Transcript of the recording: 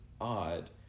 odd